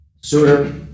Souter